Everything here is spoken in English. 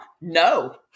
No